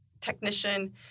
technician